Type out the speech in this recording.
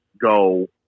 go